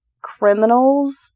criminals